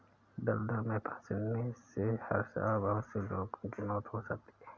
दलदल में फंसने से हर साल बहुत से लोगों की मौत हो जाती है